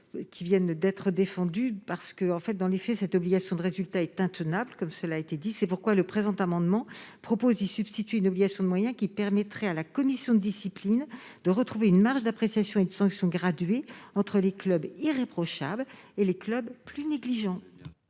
viennent de défendre. Dans les faits, l'obligation de résultat imposée aux clubs est intenable. C'est pourquoi le présent amendement tend à lui substituer une obligation de moyens, qui permettrait à la commission de discipline de retrouver une marge d'appréciation et de sanction graduée entre les clubs irréprochables et les clubs plus négligents.